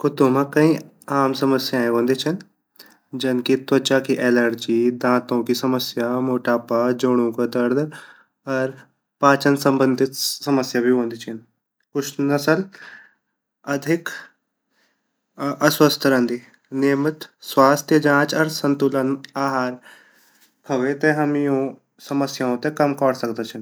कुत्तु मा कई आम समस्याए वोन्दि ची जनकी त्वचा की अलेर्जी दाँतों की समस्या मोटापा जोड़ो का दर्द अर पाचन सम्भंदित समस्या भी वोन्दि छिन कुछ नसल अधिक आस्वस्त रैंदी नियमित सवास्त जांच अर सतुलित आहार खावेते हम यू समस्याऊ ते कम कर सकदा छिन।